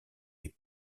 les